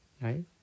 Right